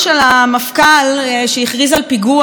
שהכריז על פיגוע באום אלחיראן בגלל